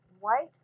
white